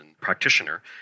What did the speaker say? practitioner